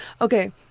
Okay